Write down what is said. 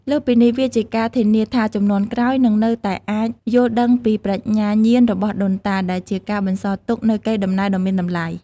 លើសពីនេះ វាជាការធានាថាជំនាន់ក្រោយនឹងនៅតែអាចយល់ដឹងពីប្រាជ្ញាញាណរបស់ដូនតា ដែលជាការបន្សល់ទុកនូវកេរដំណែលដ៏មានតម្លៃ។